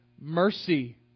mercy